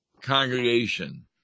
congregation